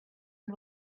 and